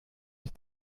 ist